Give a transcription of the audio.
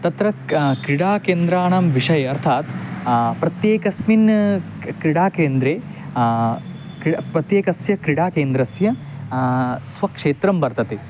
तत्र क क्रीडाकेन्द्राणां विषये अर्थात् प्रत्येकस्मिन् क्र क्रीडाकेन्द्रे किं प्रत्येकस्य क्रीडाकेन्द्रस्य स्वक्षेत्रं वर्तते